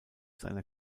seiner